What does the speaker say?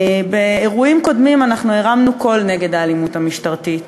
באירועים קודמים אנחנו הרמנו קול נגד האלימות המשטרתית,